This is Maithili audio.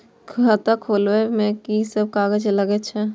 खाता खोलब में की सब कागज लगे छै?